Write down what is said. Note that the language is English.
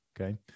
Okay